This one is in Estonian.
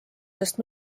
sest